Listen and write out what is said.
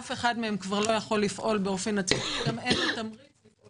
אף אחד מהם לא יכול לפעול עצמאית ואין לו תמריץ לפעול